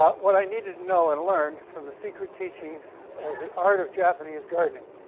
ah what i needed to know and learned from the secret teachings art of japanese gardening.